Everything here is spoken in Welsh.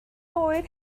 oer